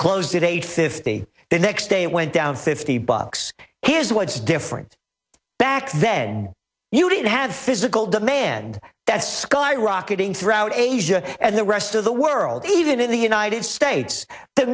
closed at eight fifty the next day went down fifty bucks here's what's different back then you didn't have physical demand that's skyrocketing throughout asia and the rest of the world even in the united states th